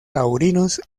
taurinos